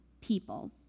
people